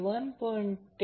81 आहे म्हणून 3 6